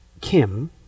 Kim